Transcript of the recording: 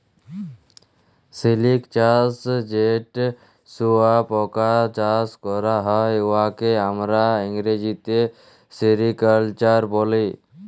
সিলিক চাষ যেট শুঁয়াপকা চাষ ক্যরা হ্যয়, উয়াকে আমরা ইংরেজিতে সেরিকালচার ব্যলি